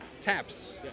taps